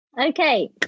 Okay